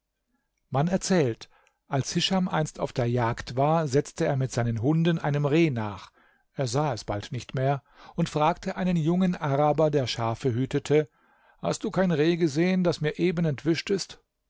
man erzählt als hischam einst auf der jagd war setzte er mit seinen hunden einem reh nach er sah es bald nicht mehr und fragte einen jungen araber der schafe hütete hast du kein reh gesehen das mir eben entwischt ist